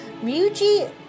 Ryuji